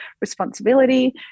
responsibility